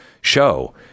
show